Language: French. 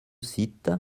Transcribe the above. site